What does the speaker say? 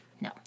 no